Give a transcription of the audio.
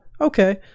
okay